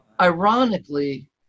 ironically